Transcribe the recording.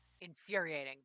Infuriating